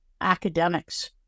academics